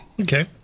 Okay